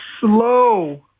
slow